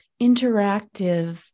interactive